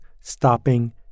stopping